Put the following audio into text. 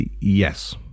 Yes